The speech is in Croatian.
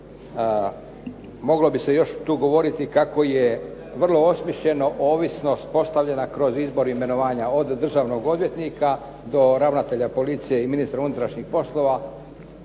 Moglo bi se još tu govoriti kako je vrlo osmišljeno ovisnost postavljena kroz izbor i imenovanja od državnog odvjetnika do ravnatelja policije i ministra unutrašnjih poslova,